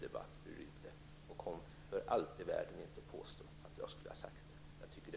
Kom för allt i världen inte och påstå att jag skulle ha sagt de där orden.